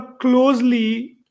closely